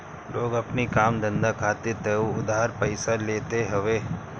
लोग अपनी काम धंधा खातिर तअ उधार पइसा लेते हवे